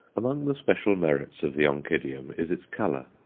among the special merits of the oncidium is its colour.